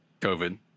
COVID